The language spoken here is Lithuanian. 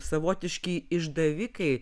savotiški išdavikai